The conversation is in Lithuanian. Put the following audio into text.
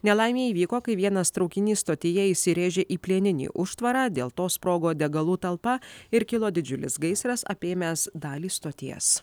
nelaimė įvyko kai vienas traukinys stotyje įsirėžė į plieninį užtvarą dėl to sprogo degalų talpa ir kilo didžiulis gaisras apėmęs dalį stoties